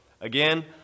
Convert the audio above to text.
again